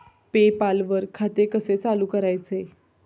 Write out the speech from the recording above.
पे पाल वर खाते कसे चालु करायचे